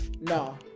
no